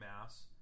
mass